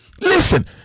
listen